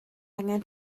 angen